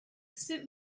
suit